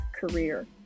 career